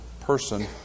person